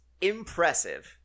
impressive